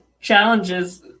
challenges